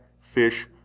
fish